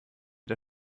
der